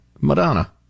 Madonna